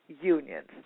unions